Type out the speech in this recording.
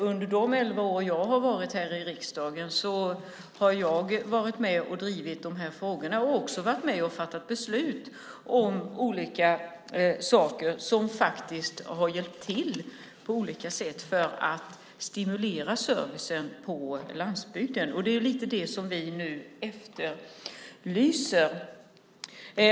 Under de elva år jag varit i riksdagen har jag varit med om att driva dessa frågor och också varit med och fattat beslut om olika saker som hjälpt till att stimulera servicen på landsbygden. Det är lite grann det vi nu efterlyser.